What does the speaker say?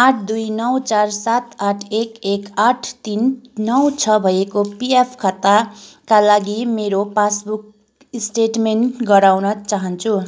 आठ दुई नौ चार सात आठ एक एक आठ तिन नौ छ भएको पिएफ खाताका लागि मेरो पासबुक स्टेटमेन्ट गराउन चाहन्छु